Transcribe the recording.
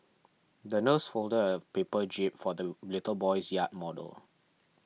the nurse folded a paper jib for the little boy's yacht model